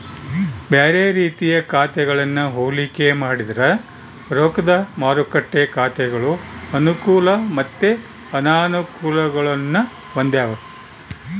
ಬ್ಯಾರೆ ರೀತಿಯ ಖಾತೆಗಳನ್ನ ಹೋಲಿಕೆ ಮಾಡಿದ್ರ ರೊಕ್ದ ಮಾರುಕಟ್ಟೆ ಖಾತೆಗಳು ಅನುಕೂಲ ಮತ್ತೆ ಅನಾನುಕೂಲಗುಳ್ನ ಹೊಂದಿವ